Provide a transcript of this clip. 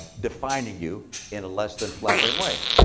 defining you in a less than flattering way?